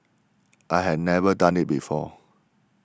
I had never done it before